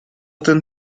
ten